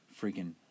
freaking